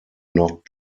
not